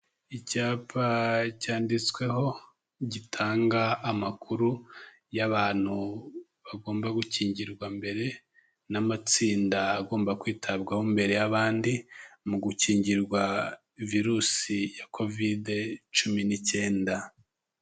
Icyapa cyanditsweho, gitanga amakuru y'abantu bagomba gukingirwa mbere, n'amatsinda agomba kwitabwaho mbere y'abandi, mu gukingirwa virusi ya covid cumi n'icyenda.